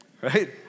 right